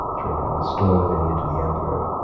traitor, restore lavinia to the emperor.